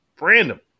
random